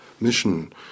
mission